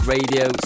Radio